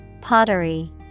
Pottery